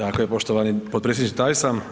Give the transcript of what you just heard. Tako je poštovani potpredsjedniče taj sam.